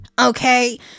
Okay